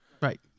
Right